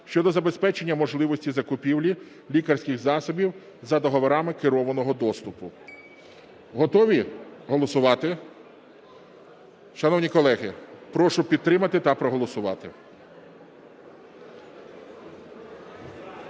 щодо забезпечення можливості закупівель лікарських засобів за договорами керованого доступу. Готові голосувати? Шановні колеги, прошу підтримати та проголосувати.